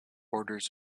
orders